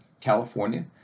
California